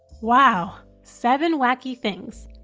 wow seven wacky things.